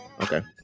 Okay